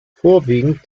vorwiegend